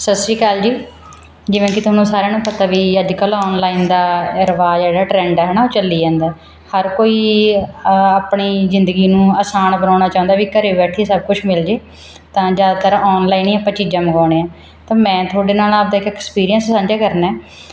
ਸਤਿ ਸ਼੍ਰੀ ਅਕਾਲ ਜੀ ਜਿਵੇਂ ਕਿ ਤੁਹਾਨੂੰ ਸਾਰਿਆਂ ਨੂੰ ਪਤਾ ਵੀ ਅੱਜ ਕੱਲ੍ਹ ਔਨਲਾਈਨ ਦਾ ਰਿਵਾਜ ਜਿਹੜਾ ਟਰੈਂਡ ਆ ਹੈ ਨਾ ਉਹ ਚੱਲੀ ਜਾਂਦਾ ਹਰ ਕੋਈ ਆਪਣੀ ਜ਼ਿੰਦਗੀ ਨੂੰ ਆਸਾਨ ਬਣਾਉਣਾ ਚਾਹੁੰਦਾ ਵੀ ਘਰੇ ਬੈਠੇ ਹੀ ਸਭ ਕੁਛ ਮਿਲ ਜਾਏ ਤਾਂ ਜ਼ਿਆਦਾਤਰ ਔਨਲਾਈਨ ਹੀ ਆਪਾਂ ਚੀਜ਼ਾਂ ਮੰਗਾਉਂਦੇ ਹਾਂ ਤਾਂ ਮੈਂ ਤੁਹਾਡੇ ਨਾਲ ਆਪਦਾ ਇੱਕ ਐਕਸਪੀਰੀਅਸ ਸਾਂਝਾ ਕਰਨਾ